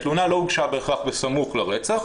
התלונה לא הוגשה בהכרח בסמוך לרצח,